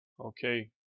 Okay